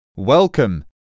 Welcome